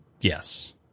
Yes